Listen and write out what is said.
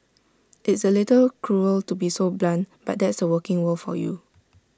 it's A little cruel to be so blunt but that's the working world for you